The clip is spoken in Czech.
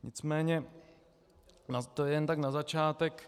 Nicméně to jen tak na začátek.